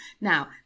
Now